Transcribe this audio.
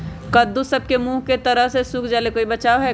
कददु सब के मुँह के तरह से सुख जाले कोई बचाव है का?